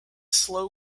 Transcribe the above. slow